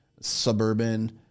suburban